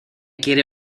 quiere